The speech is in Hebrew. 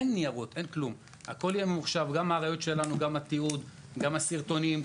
הכול יהיה ממוחשב גם הראיות שלנו; גם התיעוד; גם הסרטונים.